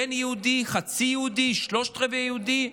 כן יהודי, חצי יהודי, שלושת רבעי יהודי.